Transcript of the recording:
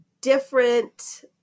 different